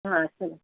हां चला